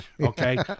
Okay